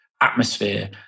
atmosphere